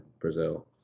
Brazil